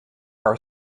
are